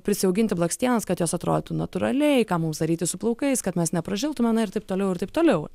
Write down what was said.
prisiauginti blakstienas kad jos atrodytų natūraliai ką mums daryti su plaukais kad mes nepražiltume ir taip toliau ir taip toliau